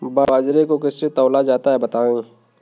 बाजरे को किससे तौला जाता है बताएँ?